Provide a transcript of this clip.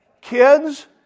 Kids